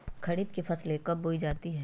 खरीफ की फसल कब उगाई जाती है?